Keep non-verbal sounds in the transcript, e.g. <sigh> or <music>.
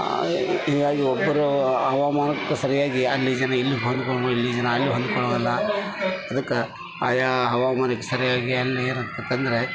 ಹೀಗಾಗಿ ಒಬ್ಬರು ಹವಾಮಾನಕ್ಕೆ ಸರಿಯಾಗಿ ಅಲ್ಲಿ ಜನ ಇಲ್ಲಿ <unintelligible> ಇಲ್ಲಿ ಜನ ಅಲ್ಲಿ ಹೊಂದ್ಕೊಳ್ಳೋದಿಲ್ಲ ಅದಕ್ಕೆ ಆಯಾ ಹವಾಮಾನಕ್ಕೆ ಸರಿಯಾಗಿ ಅಲ್ಲಿ ಏನಾಗ್ತದೆ ಅಂದರೆ